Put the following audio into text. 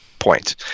point